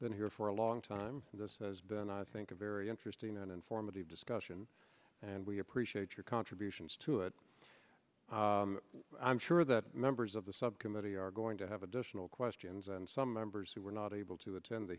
been here for a long time and i think a very interesting and informative discussion and we appreciate your contributions to it i'm sure that members of the subcommittee are going to have additional questions and some members who were not able to attend the